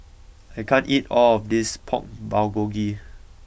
I can't eat all of this Pork Bulgogi